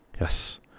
Yes